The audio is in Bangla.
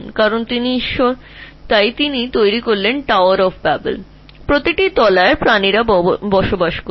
তাই তিনি বাবেলের এই টাওয়ারটি তৈরি করেছিলেন এবং এর প্রতিটি তলায় তারা বাস করত